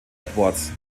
edwards